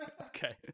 Okay